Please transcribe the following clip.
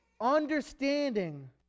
understanding